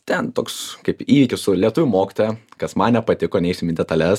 ten toks kaip įvykis su lietuvių mokytoja kas man nepatiko neisim į detales